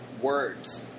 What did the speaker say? words